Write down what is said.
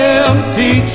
empty